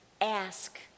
Ask